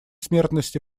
смертности